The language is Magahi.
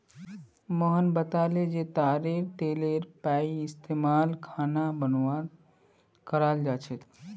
मोहन बताले जे तारेर तेलेर पइस्तमाल खाना बनव्वात कराल जा छेक